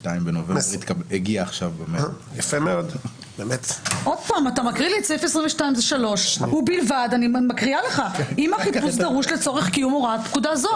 אתה מקריא לי את סעיף 22 - אם החיפוש דרוש לצורך קיום הוראת פקודה זו.